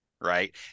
right